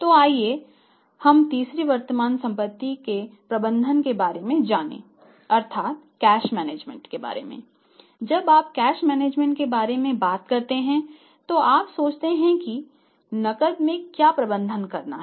तो आइए हम तीसरी वर्तमान संपत्ति के प्रबंधन के बारे में जानें अर्थात् कैश मैनेजमेंट के बारे में बात करते हैं तो आप सोचते हैं कि नकदी में क्या प्रबंधन करना है